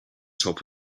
top